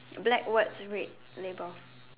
black words red label